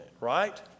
right